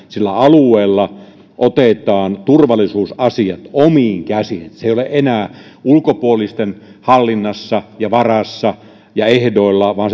sillä alueella otetaan turvallisuusasiat omiin käsiin se ei ole enää ulkopuolisten hallinnassa ja varassa ja ehdoilla vaan